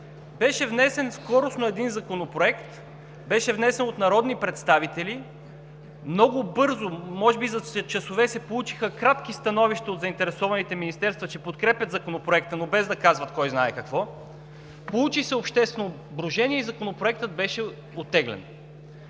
Беше внесен скоростно един законопроект, беше внесен от народни представители много бързо. Може би за часове се получиха кратки становища от заинтересованите министерства, че подкрепят законопроекта, но без да казват кой знае какво. Получи се обществено брожение и Законопроектът беше оттеглен.